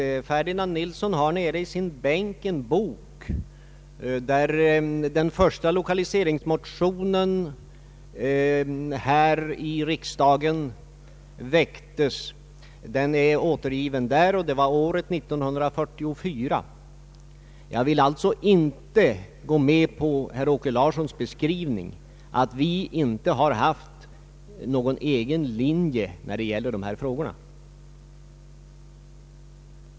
Herr Ferdinand Nilsson har i sin bänk en bok där den första lokaliseringsmotionen i riksdagen finns. Den väcktes år 1944. Jag vill alltså inte gå med på herr Åke Larssons beskrivning att vi inte haft någon egen linje i de här frågorna.